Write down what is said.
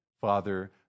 Father